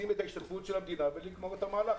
ההשתתפות המדינה ולגמור את המהלך.